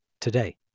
today